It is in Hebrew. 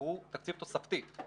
הוא תקציב תוספתי.